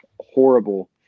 horrible